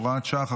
הוראת שעה,